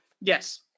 yes